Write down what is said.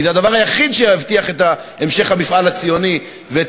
כי זה הדבר היחיד שיאפשר את המשך המפעל הציוני ואת